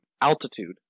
altitude